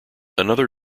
another